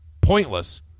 pointless